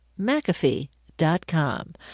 McAfee.com